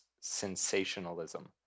sensationalism